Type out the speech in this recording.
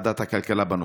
בוועדת הכלכלה בנושא.